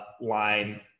line –